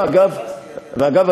ואגב,